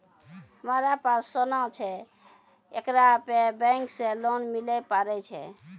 हमारा पास सोना छै येकरा पे बैंक से लोन मिले पारे छै?